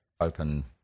open